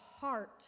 heart